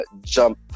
jump